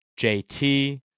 JT